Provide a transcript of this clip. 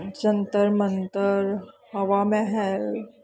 Jantar Mantar Hawa Mahal